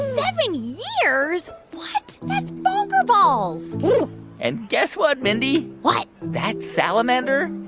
seven years? what? that's bonker-balls and guess what, mindy what? that salamander,